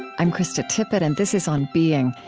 i'm krista tippett, and this is on being.